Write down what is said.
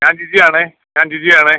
ഞാൻ ജിജിയാണെ ഞാൻ ജിജിയാണെ